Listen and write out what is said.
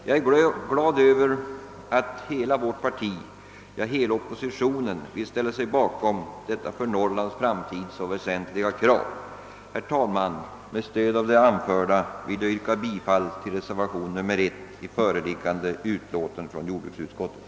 Jag är glad över att hela vårt parti — ja, hela oppositionen — vill ställa sig bakom detta för Norrlands framtid så väsentliga krav. Herr talman! Med stöd av det anförda yrkar jag bifall till reservationen 1.